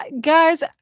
Guys